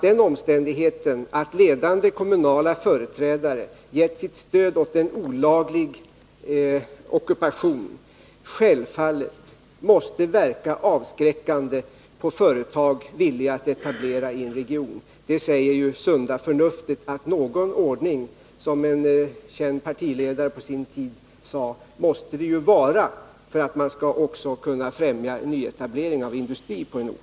Den omständigheten att ledande kommunala företrädare givit sitt stöd åt en olaglig ockupation måste självfallet verka avskräckande på företag villiga att etablera sig i regionen — det säger sunda förnuftet. Någon ordning måste det ju vara, som en känd partiledare på sin tid sade, för att man skall kunna främja nyetablering av industri på en ort.